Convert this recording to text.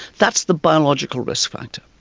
that's the biological risk factor.